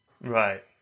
Right